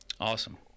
Awesome